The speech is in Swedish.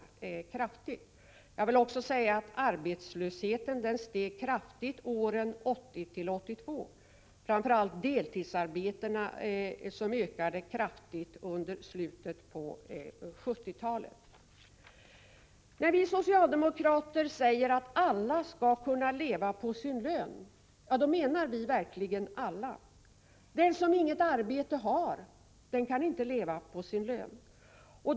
Vidare steg arbetslösheten kraftigt åren 1980-1982, och antalet deltidsarbeten ökade kraftigt framför allt under slutet av 1970-talet. När vi socialdemokrater säger att alla skall kunna leva på sin lön menar vi verkligen alla. Den som inget arbete har kan inte leva på sin lön.